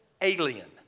alien